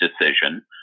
decision